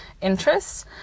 interests